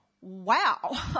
wow